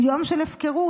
הוא יום של הפקרות,